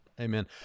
Amen